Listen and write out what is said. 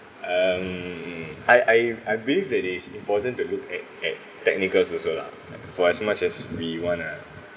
um I I I believe that it's important to look at at technicals also lah for as much as we want to